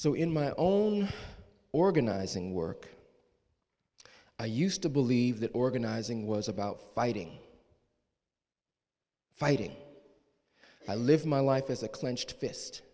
so in my only organizing work i used to believe that organizing was about fighting fighting i live my life as a clenched fist